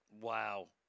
Wow